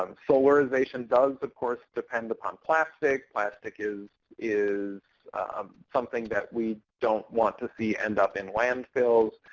um solarization does, of course, depend upon plastic. plastic is is something that we don't want to see end up in landfills.